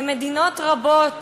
ומדינות רבות